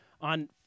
on